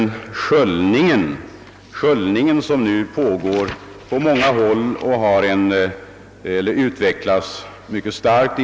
Även den sköljning med fluor, som nu pågår på många håll inom skolorna, har givit goda resultat.